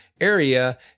area